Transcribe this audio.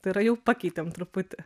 tai yra jau pakeitėm truputį